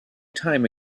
time